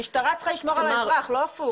המשטרה צריכה לשמור על האזרח, לא הפוך.